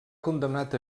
condemnat